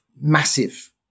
massive